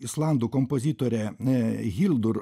islandų kompozitorė hildur